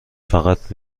فقط